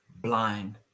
blind